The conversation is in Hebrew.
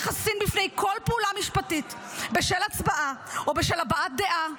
חסין בפני כל פעולה משפטית בשל הצבעה או בשל הבעת דעה,